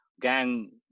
Gang